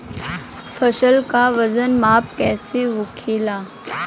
फसल का वजन माप कैसे होखेला?